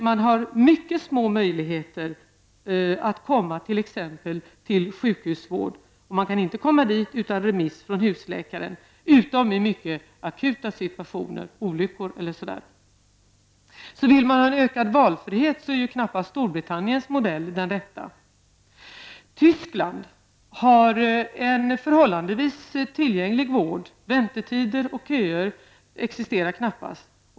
Man har mycket små möjligheter att t.ex. få sjukhusvård. Man kan inte komma till sjukhus utan remiss från husläkaren, utom vid mycket akuta situationer såsom olyckor. Vill man ha ökad valfrihet, är knappast Storbritanniens modell den rätta. Tyskland har en förhållandevis tillgänglig vård. Väntetider och köer existerar knappast.